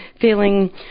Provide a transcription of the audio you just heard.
feeling